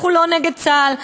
אנחנו לא נגד צה"ל,